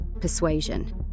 persuasion